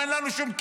ולנו אין שום קשר.